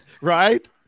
right